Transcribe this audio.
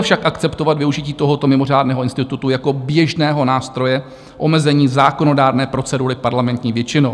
Nelze však akceptovat využití tohoto mimořádného institutu jako běžného nástroje omezení zákonodárné procedury parlamentní většinou.